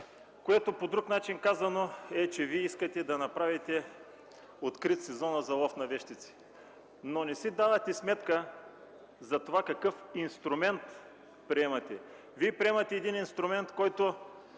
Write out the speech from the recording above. Казано по друг начин, Вие искате да направите открит сезона за „лов на вещици”, но не си давате сметка за това какъв инструмент приемате. Вие приемате инструмент, който